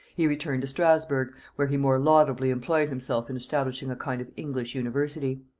he returned to strasburgh, where he more laudably employed himself in establishing a kind of english university.